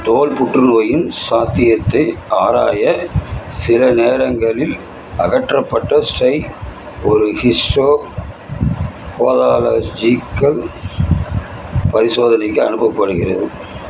தோல் புற்றுநோயின் சாத்தியத்தை ஆராய சில நேரங்களில் அகற்றப்பட்ட ஸ்டை ஒரு ஹிஸ்டோ போதாலஜிக்கல் பரிசோதனைக்கு அனுப்பப்படுகிறது